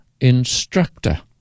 instructor